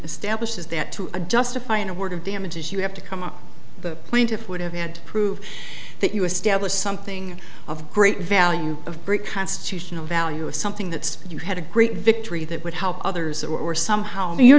establishes that to a justify an award of damages you have to come up the plaintiff would have had to prove that you establish something of great value of brit constitutional value of something that you had a great victory that would help others or somehow you're